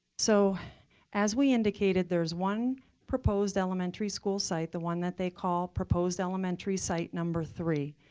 so as we indicated, there is one proposed elementary school site, the one that they call proposed elementary site number three.